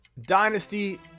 dynasty